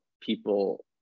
people